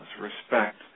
respect